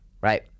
right